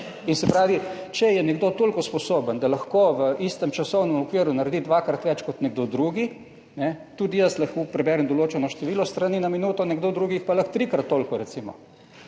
In se pravi, če je nekdo toliko sposoben, da lahko v istem časovnem okviru naredi dvakrat več kot nekdo drugi, tudi jaz lahko preberem določeno število strani na minuto, nekdo drugih pa lahko trikrat toliko, recimo,